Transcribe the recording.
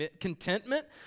contentment